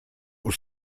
will